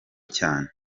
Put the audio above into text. cyane